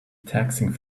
taxing